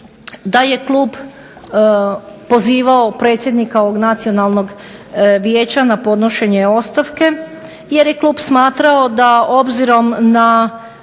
da je klub pozivao predsjednika ovog nacionalnog vijeća na podnošenje ostavke, jer je klub smatrao da obzirom na